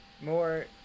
more